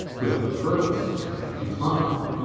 with a purpose it hath to climb.